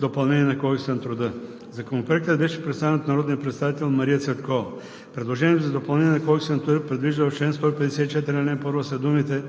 допълнение на Кодекса на труда. Законопроектът беше представен от народния представител Мария Цветкова. Предложението за допълнение на Кодекса на труда предвижда в чл. 154,